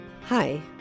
Hi